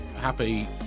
Happy